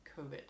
COVID